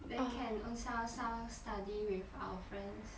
then can own self self study with our friends